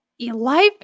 life